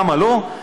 למה לא?